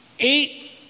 eight